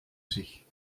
sich